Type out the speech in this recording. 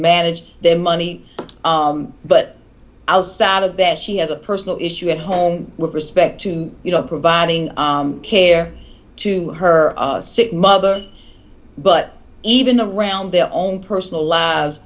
manage their money but outside of their she has a personal issue at home with respect to you know providing care to her sick mother but even around their own personal lives